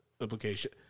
application